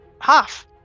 half